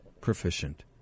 proficient